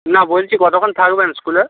না বলছি কতক্ষণ থাকবেন স্কুলে